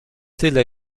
tyle